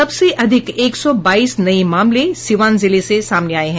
सबसे अधिक एक सौ बाईस नये मामले सिवान जिले से सामने आये हैं